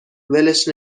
ولش